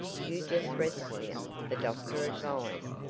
you just rest here, the doctor advised,